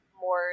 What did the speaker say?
more